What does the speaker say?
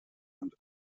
und